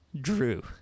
Drew